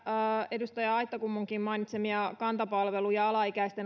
edustaja aittakummunkin mainitsemia kanta palvelua ja alaikäisten